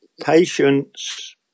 Patience